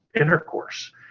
intercourse